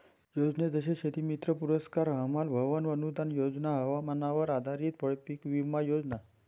योजने जसे शेतीमित्र पुरस्कार, हमाल भवन अनूदान योजना, हवामानावर आधारित फळपीक विमा योजना